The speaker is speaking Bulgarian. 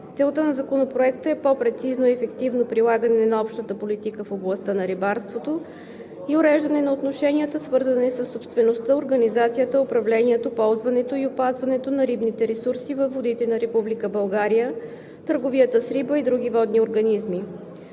Целта на Законопроекта е по-прецизно и ефективно прилагане на общата политика в областта на рибарството и уреждане на отношенията, свързани със собствеността, организацията, управлението, ползването и опазването на рибните ресурси във водите на Република България, търговията с риба и други водни организми.